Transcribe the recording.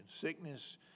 sickness